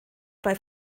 bei